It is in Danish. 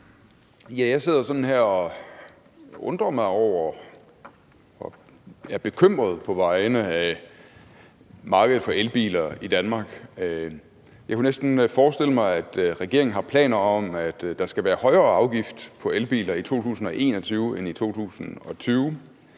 Jeg sidder sådan og undrer mig over og er bekymret på vegne af markedet for elbiler i Danmark. Jeg kunne næsten forestille mig, at regeringen har planer om, at der skal være højere afgift på elbiler i 2021 end i 2020.